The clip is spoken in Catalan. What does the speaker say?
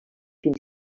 fins